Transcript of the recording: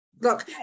Look